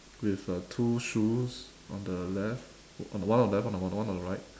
with uh two shoes on the left one on the left one on the right